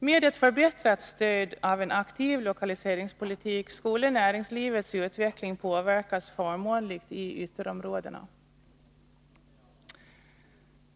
Med ett förbättrat stöd av en aktiv lokaliseringspolitik skulle näringslivets utveckling påverkas förmånligt i ytterområdena.